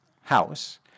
house